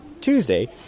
Tuesday